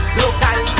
local